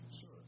Sure